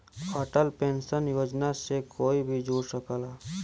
Atal pension योजना से कोई भी जुड़ सकला